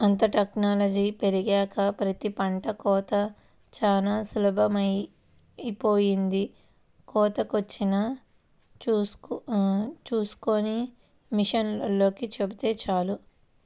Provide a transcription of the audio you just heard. అంతా టెక్నాలజీ పెరిగినాక ప్రతి పంట కోతా చానా సులభమైపొయ్యింది, కోతకొచ్చింది చూస్కొని మిషనోల్లకి చెబితే చాలు